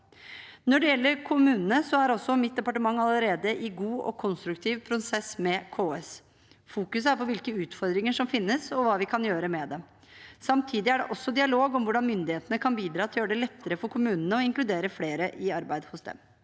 Når det gjelder kommunene, er mitt departement allerede i god og konstruktiv prosess med KS. Fokuset er på hvilke utfordringer som finnes, og hva vi kan gjøre med dem. Samtidig er det også dialog om hvordan myndighetene kan bidra til å gjøre det lettere for kommunene å inkludere flere i arbeid hos dem.